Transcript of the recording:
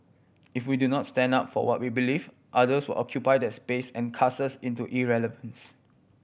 if we do not stand up for what we believe others will occupy that space and cast us into irrelevance